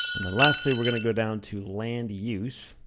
and then lastly, we're gonna go down to land use,